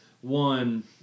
one